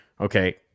okay